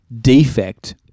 defect